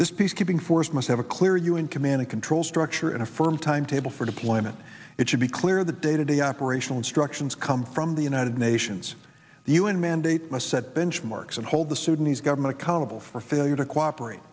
this peacekeeping force must have a clear u n command and control structure and a firm timetable for deployment it should be clear that day to day operational instructions come from the united nations the u n mandate must set benchmarks and hold the sudanese government accountable for failure to cooperate